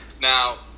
Now